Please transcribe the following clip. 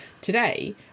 today